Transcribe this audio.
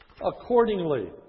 Accordingly